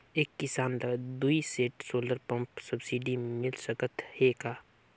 एक किसान ल दुई सेट सोलर पम्प सब्सिडी मे मिल सकत हे का?